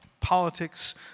politics